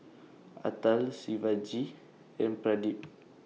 Atal Shivaji and Pradip